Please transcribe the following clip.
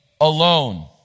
alone